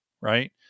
right